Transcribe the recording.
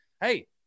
hey